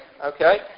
Okay